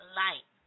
light